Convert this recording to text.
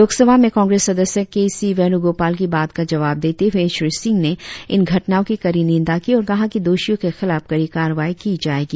लोकसभा में कांग्रेस सदस्य K C Venugopal की बात का जवाब देते हुए श्री सिंह ने इन घटनाओं की कड़ी निंदा की और कहा कि दोषियों के खिलाफ कड़ी कार्रवाई की जाएगी